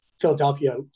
Philadelphia